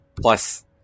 Plus